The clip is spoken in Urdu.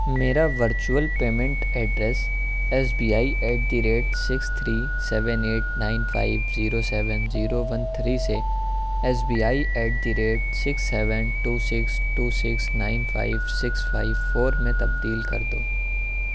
میرا virtual payment address S B I at the rate six three seven eight nine five zero seven zero one three سے S B I at the rate six seven two six two six nine five six five four میں تبدیل کر دو